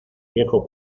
viejo